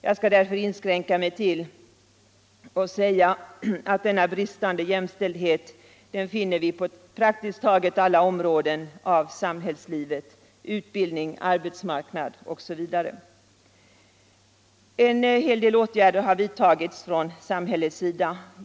Jag skall därför inskränka mig till att påpeka att denna bristande jämställdhet finner vi på praktiskt taget alla områden av samhällslivet, inom utbildningen, på arbetsmarknaden OSV. Samhället har vidtagit en hel del åtgärder.